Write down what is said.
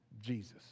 Jesus